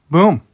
Boom